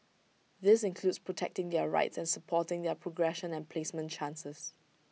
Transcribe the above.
this includes protecting their rights and supporting their progression and placement chances